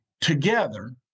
together